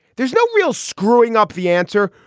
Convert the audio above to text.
there's no real screwing up the answer.